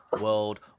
World